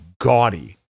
gaudy